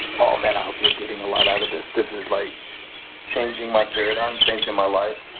oh man! i hope you're getting a lot out of this. this is like changing my paradigm, changing my life.